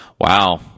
wow